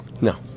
no